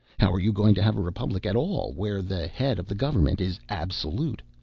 how are you going to have a republic at all, where the head of the government is absolute,